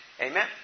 amen